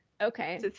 Okay